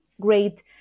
great